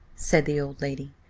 said the old lady,